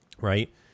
right